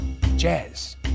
Jazz